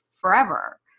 forever